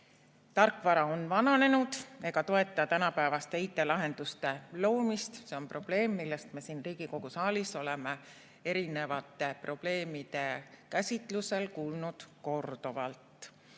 tarkvara on vananenud ega toeta tänapäevaste IT‑lahenduste loomist. See on probleem, millest me siin Riigikogu saalis oleme erinevate probleemide käsitlusel korduvalt